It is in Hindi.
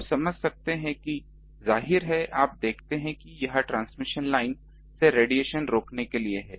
आप समझ सकते हैं जाहिर है आप देखते हैं कि यह ट्रांसमिशन लाइन से रेडिएशन रोकने के लिए है